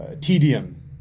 tedium